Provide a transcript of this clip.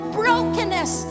brokenness